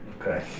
Okay